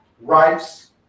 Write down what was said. rights